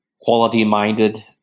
quality-minded